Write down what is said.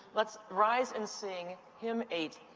let's rise and sing hymn eight,